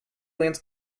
lance